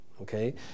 Okay